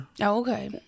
okay